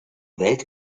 welt